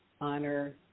honor